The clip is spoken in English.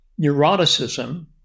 neuroticism